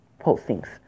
postings